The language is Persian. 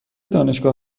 دانشگاه